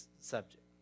subject